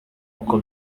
uko